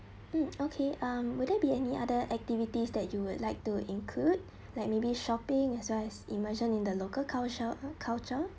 mm okay uh will there be any other activities that you would like to include like maybe shopping as well as immersion in the local culture uh culture